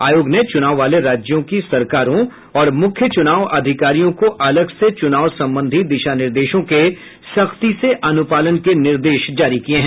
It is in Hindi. आयोग ने चुनाव वाले राज्यों की सरकारों और मुख्य चुनाव अधिकारियों को अलग से चुनाव संबंधी दिशा निर्देशों के सख्ती से अनुपालन के निर्देश जारी किये हैं